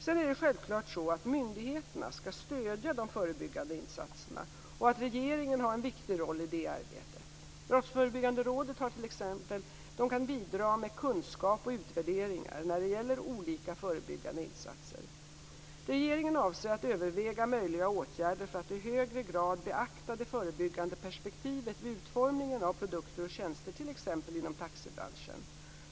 Sedan är det självklart så att myndigheterna skall stödja de förebyggande insatserna och att regeringen har en viktig roll i det arbetet. Brottsförebyggande rådet kan t.ex. bidra med kunskap och utvärderingar när det gäller olika förebyggande insatser. Regeringen avser att överväga möjliga åtgärder för att i högre grad beakta det förebyggande perspektivet vid utformningen av produkter och tjänster, t.ex. inom taxibranschen.